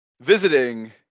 Visiting